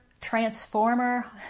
Transformer